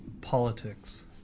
politics